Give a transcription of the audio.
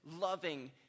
loving